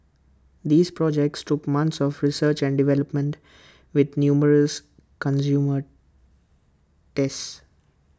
these projects took months of research and development with numerous consumer tests